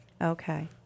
Okay